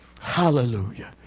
Hallelujah